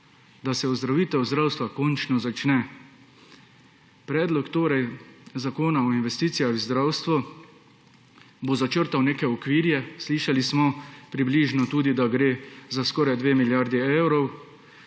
da se ozdravitev zdravstva končno začne. Predlog zakona o investicijah v zdravstvo bo začrtal neke okvire, slišali smo, da gre za skoraj 2 milijardi evrov,